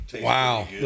Wow